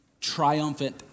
triumphant